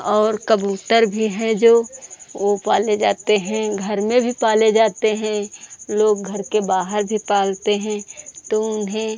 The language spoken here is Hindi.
और कबूतर भी हैं जो वह पालते जाते हैं घर में भी पाले जाते हैं लोग घर के बाहर भी पालते हैं तो उन्हें